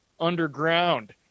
underground